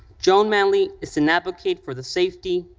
joan manley is an advocate for the safety,